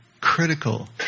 critical